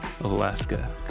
alaska